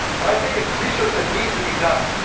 but i think it's research that needs to be done.